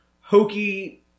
hokey